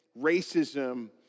racism